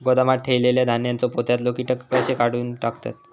गोदामात ठेयलेल्या धान्यांच्या पोत्यातले कीटक कशे काढून टाकतत?